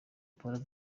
polly